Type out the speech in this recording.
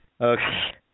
Okay